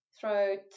throat